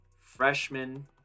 freshman